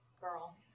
girl